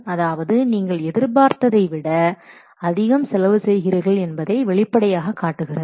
அதாவது நீங்கள் எதிர்பார்த்ததைவிட அதிகம் செலவு செய்கிறீர்கள் என்பதை வெளிப்படையாக காட்டுகிறது